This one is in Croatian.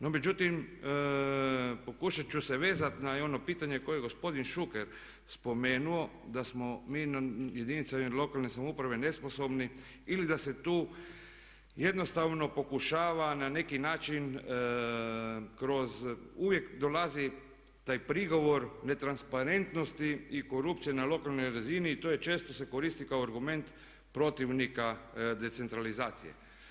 No međutim, pokušat ću se vezati na ono pitanje koje je gospodin Šuker spomenuo da smo mi u jedinicama lokalne samouprave nesposobni ili da se tu jednostavno pokušava na neki način kroz uvijek dolazi taj prigovor netransparentnosti i korupcije na lokalnoj razini i to često se koristi kao argument protivnika decentralizacije.